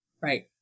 right